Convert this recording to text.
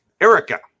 Erica